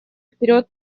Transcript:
вперед